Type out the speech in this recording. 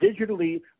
digitally